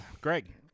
Greg